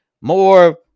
more